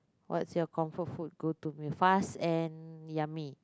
what's your comfort food go to meal fast and yummy